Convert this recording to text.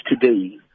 today